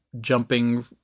jumping